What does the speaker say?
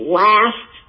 last